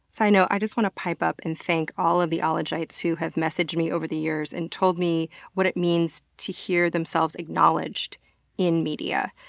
sidenote, just want to pipe up and thank all the ologites who have messaged me over the years and told me what it means to hear themselves acknowledged in media.